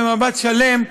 ומבט שלם,